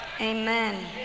Amen